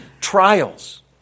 trials